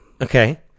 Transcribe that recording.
Okay